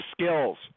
skills